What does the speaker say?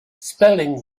spelling